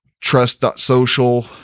trust.social